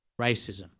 racism